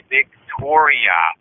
Victoria